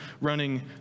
running